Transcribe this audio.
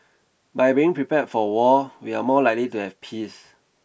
by being prepared for war we are more likely to have peace